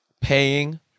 paying